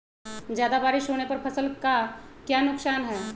ज्यादा बारिस होने पर फसल का क्या नुकसान है?